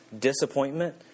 disappointment